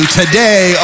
today